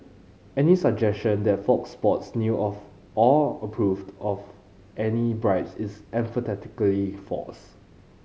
any suggestion that Fox Sports knew of or approved of any bribes is emphatically false